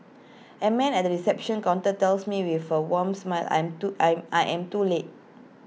A man at the reception counter tells me with A wan smile I'm I am too late